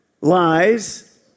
lies